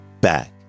back